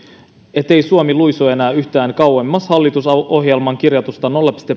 ettei suomi luisu enää yhtään kauemmas hallitusohjelmaan kirjatusta nolla pilkku